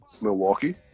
Milwaukee